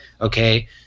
Okay